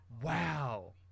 Wow